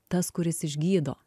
tas kuris išgydo